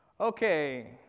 Okay